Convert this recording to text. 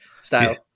style